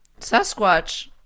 Sasquatch